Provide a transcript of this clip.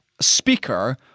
speaker